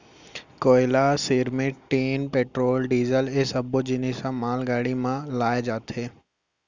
कोयला, सिरमिट, tin, petrol, diesel ए सब्बो जिनिस ह मालगाड़ी म लाए जाथे